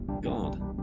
God